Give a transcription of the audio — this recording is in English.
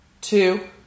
two